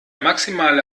maximale